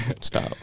Stop